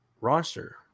roster